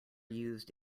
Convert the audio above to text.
used